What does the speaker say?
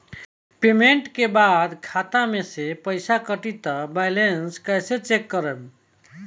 Payment के बाद खाता मे से पैसा कटी त बैलेंस कैसे चेक करेम?